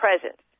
presence